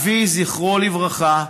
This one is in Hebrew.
אבי, זכרו לברכה,